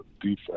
defense